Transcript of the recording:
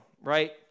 right